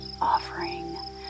offering